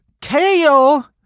kale